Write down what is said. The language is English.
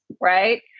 right